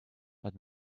but